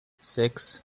sechs